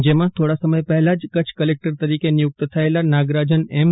જેમાં થોડા સમય પહેલાજ કચ્છ ક્લેક્ટર તરીકે નિયુક્ત થયેલા નાગરાજન એમ